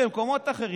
במקומות אחרים,